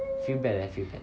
feel bad leh feel bad